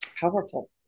Powerful